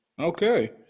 Okay